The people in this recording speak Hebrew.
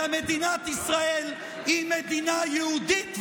אלא מדינת ישראל היא מדינה יהודית ודמוקרטית.